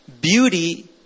beauty